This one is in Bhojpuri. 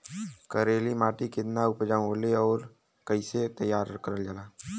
करेली माटी कितना उपजाऊ होला और कैसे तैयार करल जाला?